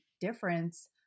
difference